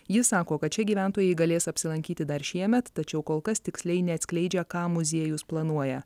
ji sako kad čia gyventojai galės apsilankyti dar šiemet tačiau kol kas tiksliai neatskleidžia ką muziejus planuoja